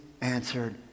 answered